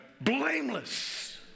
blameless